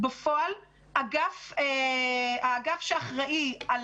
בפועל האגף שאחראי על